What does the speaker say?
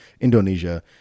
Indonesia